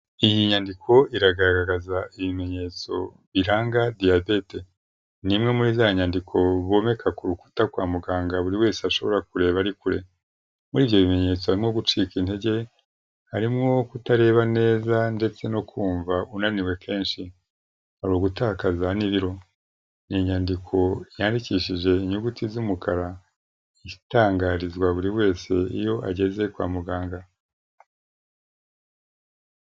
Iyi nyandiko iragaragaza ibimenyetso biranga diyabete. Ni imwe muri za nyandiko bomeka ku rukuta kwa muganga buri wese ashobora kureba ari kure. Muri ibyo bimenyetso harimo gucika intege, harimo kutareba neza ndetse no kumva unaniwe kenshi, hari ugutakaza n'ibiro. Ni inyandiko yandikishije inyuguti z'umukara itangarizwa buri wese iyo ageze kwa muganga.